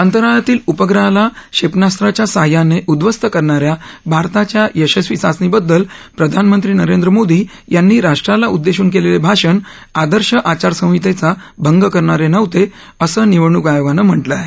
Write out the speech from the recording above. अंतराळातील उपग्रहाला क्षेपणास्त्राच्या साहाय्याने उध्वस्त करणाऱ्या भारताच्या यशस्वी चाचणीबद्दल प्रधानमंत्री नरेंद्र मोदी यांनी राष्ट्राला उद्देशून केलेले भाषण आदर्श आचारसंहितेचा भंग करणारे नव्हते असं निवडणूक आयोगानं म्हटलं आहे